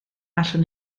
allwn